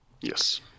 Yes